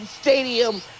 stadium